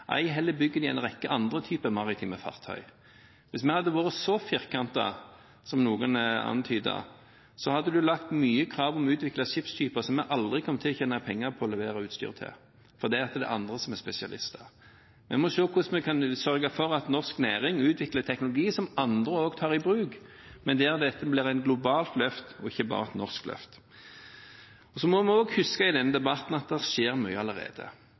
ei heller bygger de en rekke andre typer maritime fartøy. Hvis vi hadde vært så firkantet som noen antyder, hadde man lagd nye krav om å utvikle skipstyper som vi aldri ville komme til å tjene penger på å levere utstyr til, fordi der er det andre som er spesialister. Vi må se på hvordan vi kan sørge for at norsk næring utvikler en teknologi som andre også tar i bruk, men at dette blir et globalt løft, og ikke bare et norsk løft. Så må vi også huske i denne debatten at det skjer mye allerede.